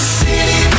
city